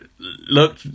Look